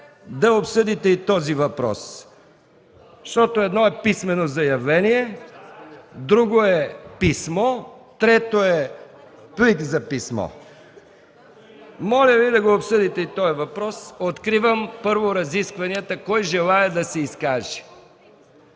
да обсъдите и този въпрос, защото едно е „писмено заявление”, друго е „писмо”, трето е „плик за писмо”. Моля Ви да обсъдите и този въпрос. Откривам разискванията. Кой желае да се изкаже?